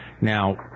Now